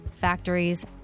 factories